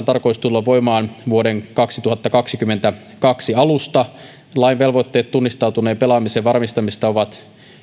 tarkoitus tulla voimaan raha automaattipelaamisessa vuoden kaksituhattakaksikymmentäkaksi alusta lain velvoitteet tunnistautuneen pelaamisen varmistamisesta ovat